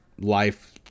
life